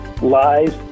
lies